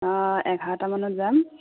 অঁ এঘাৰটামানত যাম